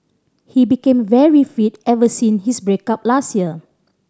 he became very fit ever since his break up last year